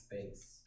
space